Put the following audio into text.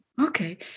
okay